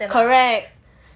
correct